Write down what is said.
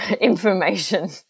information